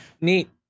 neat